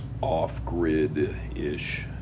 off-grid-ish